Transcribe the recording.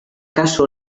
kasu